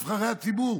נבחרי הציבור,